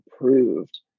approved